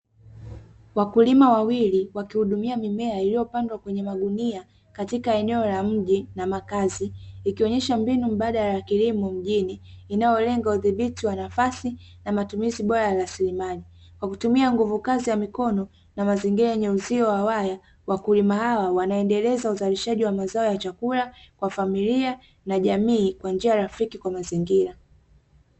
Wakulima wawili wakihudumia mimea iliyopandwa kwenye magunia katika eneo la mji na makazi, ikionyesha mbinu mbadala ya kilimo mjini inayolenga udhibiti wa nafasi, na matumizi bora ya rasilimali. Kwa kutumia nguvu kazi ya mikono, na mazingira yenye uzio wa waya wakulima hawa, wanaendeleza uzalishaji wa mazao ya chakula kwa familia, na jamii kwa njia rafiki kwa mazingira.